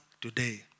today